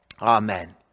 Amen